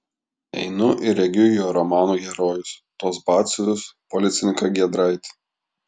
einu ir regiu jo romanų herojus tuos batsiuvius policininką giedraitį